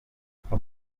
haben